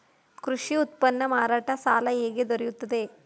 ಕೃಷಿ ಉತ್ಪನ್ನ ಮಾರಾಟ ಸಾಲ ಹೇಗೆ ದೊರೆಯುತ್ತದೆ?